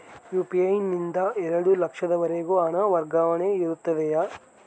UPI ನಿಂದ ಎರಡು ಲಕ್ಷದವರೆಗೂ ಹಣ ವರ್ಗಾವಣೆ ಇರುತ್ತದೆಯೇ?